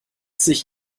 sich